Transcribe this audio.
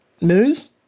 News